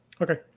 Okay